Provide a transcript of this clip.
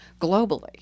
globally